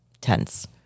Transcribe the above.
tense